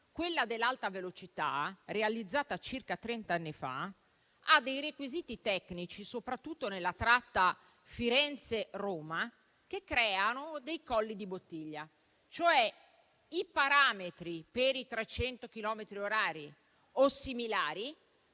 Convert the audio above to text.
Quella dell'Alta velocità, realizzata circa trent'anni fa, ha dei requisiti tecnici, soprattutto nella tratta Firenze-Roma, che creano dei colli di bottiglia, cioè i parametri per i 300 chilometri orari o similari